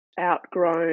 outgrown